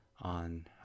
on